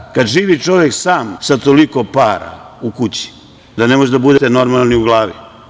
Znate šta, kad živi čovek sam sa toliko para u kući onda ne možete da bude normalni u glavi.